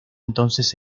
entonces